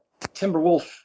Timberwolf